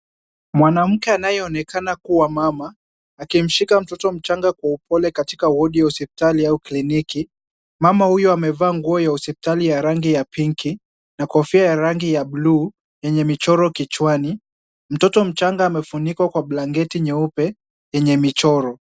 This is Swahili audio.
Mwanamke anayeonekana kuwa mama, akimshika mtoto mchanga kwa upole katika wodi ya hospitali au kliniki. Mama huyo amevaa nguo ya hospitali ya rangi ya pinki na kofia ya rangi ya bluu yenye michoro kichwani. Mtoto mchanga amefunikwa kwa blanketi nyeupe yenye michoro.